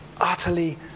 utterly